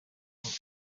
n’uko